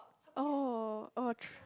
oh